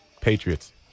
Patriots